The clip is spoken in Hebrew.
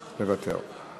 מוותר,